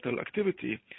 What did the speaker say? activity